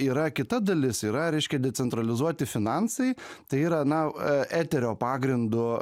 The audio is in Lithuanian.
yra kita dalis yra reiškia decentralizuoti finansai tai yra na eterio pagrindu